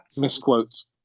misquotes